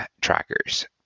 trackers